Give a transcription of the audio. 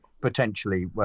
potentially